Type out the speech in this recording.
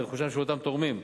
זה רכושם של אותם תורמים,